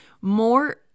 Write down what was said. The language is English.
more